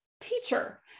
teacher